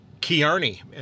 Kearney